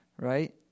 right